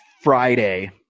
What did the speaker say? Friday